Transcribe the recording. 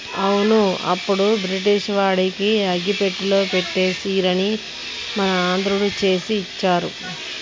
అవును అప్పుడు బ్రిటిష్ వాడికి అగ్గిపెట్టెలో పట్టే సీరని మన ఆంధ్రుడు చేసి ఇచ్చారు